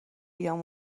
بیام